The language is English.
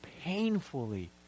painfully